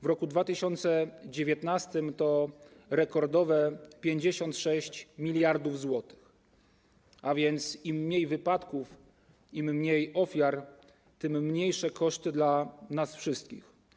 W roku 2019 to rekordowe 56 mld zł, a więc im mniej wypadków, im mniej ofiar, tym mniejsze koszty dla nas wszystkich.